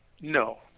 No